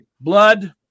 Blood